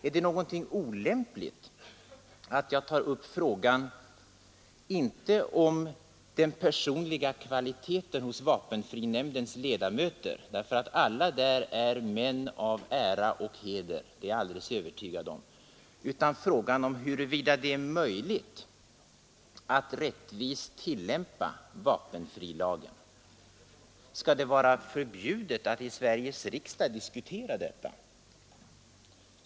Är det någonting olämpligt att jag tar upp frågan inte om den personliga kvaliteten hos vapenfrinämndens ledamöter — alla där är män av ära och heder; det är jag alldeles övertygad om — utan frågan om huruvida det är möjligt att rättvist tillämpa vapenfrilagen? Skall det vara förbjudet att i Sveriges riksdag diskutera denna sak?